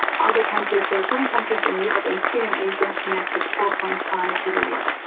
other countries so, some countries in europe and two in asia connected four point five gigawatt.